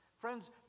Friends